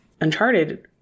Uncharted